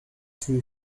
two